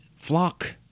flock